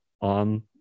on